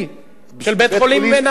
של בית-החולים בנהרייה.